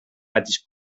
patis